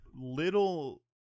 little